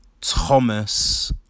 Thomas